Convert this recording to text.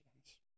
ones